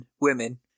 women